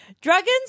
dragons